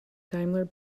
daimler